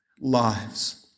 lives